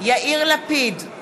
יאיר לפיד,